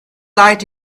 light